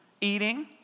eating